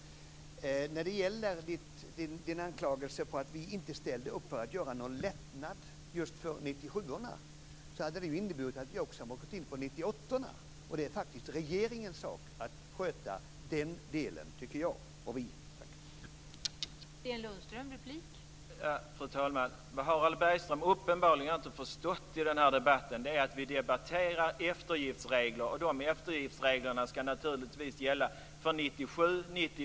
Sedan gäller det anklagelsen om att vi inte ställde upp för att göra någon lättnad just för 97:orna. Det hade ju inneburit att vi också hade fått gå in på 98:orna. Och det är faktiskt regeringens sak att sköta den delen tycker jag och tycker vi kristdemokrater.